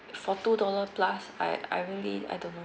for two dollar plus I I really I don't know